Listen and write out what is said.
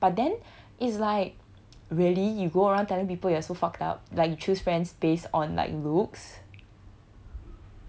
but then is like really you go around telling people you are so fucked up like you choose friends based on like looks